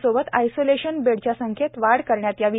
सोबत आयसोलेशन बेडच्या संख्येत वाढ करण्यात यावी